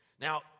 Now